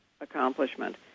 accomplishment